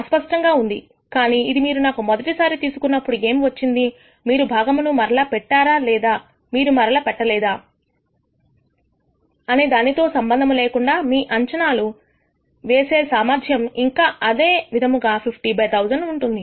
అస్పష్టంగా ఉంది కానీ ఇది మీరు నాకు మొదటిసారి తీసుకున్నప్పుడు ఏమి వచ్చింది మీరు భాగమును మరల పెట్టారా లేదా మీరు మరల పెట్టలేదా అనే దానితో సంబంధము లేకుండా మీ అంచనా వేసేసామర్థ్యం ఇంకా అదే విధముగా 50 బై 1000 ఉంటుంది